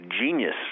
genius